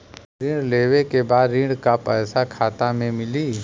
ऋण लेवे के बाद ऋण का पैसा खाता में मिली?